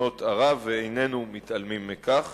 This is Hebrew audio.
ממדינות ערב, ואיננו מתעלמים מכך.